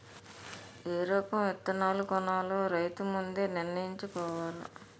ఏ రకం విత్తనాలు కొనాలో రైతు ముందే నిర్ణయించుకోవాల